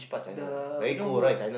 the you know who or not